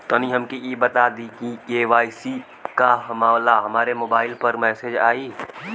तनि हमके इ बता दीं की के.वाइ.सी का होला हमरे मोबाइल पर मैसेज आई?